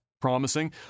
promising